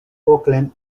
oakland